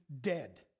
dead